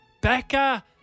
Becca